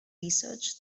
research